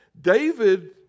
David